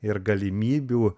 ir galimybių